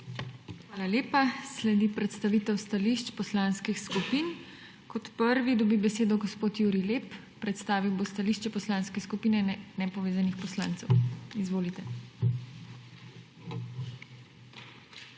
Hvala lepa. Sledi predstavitev stališč poslanskih skupin. Kot prvi dobi besedo gospod Jurij Lep, predstavil bo stališče Poslanske skupine nepovezanih poslancev. Izvolite.